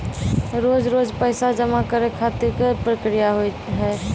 रोज रोज पैसा जमा करे खातिर का प्रक्रिया होव हेय?